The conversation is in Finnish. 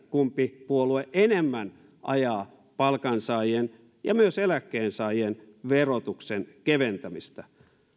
kumpi puolue enemmän ajaa palkansaajien ja myös eläkkeensaajien verotuksen keventämistä